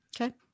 Okay